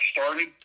started